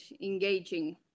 engaging